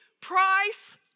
price